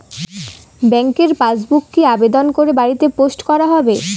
ব্যাংকের পাসবুক কি আবেদন করে বাড়িতে পোস্ট করা হবে?